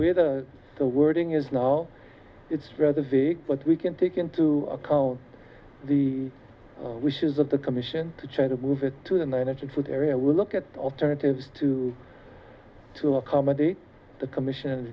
whether the wording is now it's rather big but we can take into account the wishes of the commission to try to move it to the managers with area look at alternatives to to accommodate the commission